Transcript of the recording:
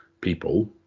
people